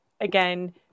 again